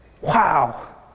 Wow